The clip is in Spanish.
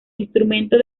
instrumento